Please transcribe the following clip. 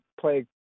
play